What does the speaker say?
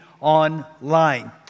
online